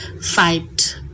fight